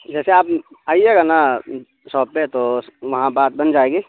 جیسے آپ آئیے گا نا شاپ پہ تو وہاں بات بن جائے گی